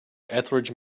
ethridge